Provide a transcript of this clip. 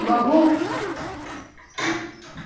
बहु